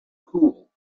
cool